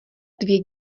dvě